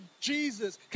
jesus